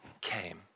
came